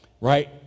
Right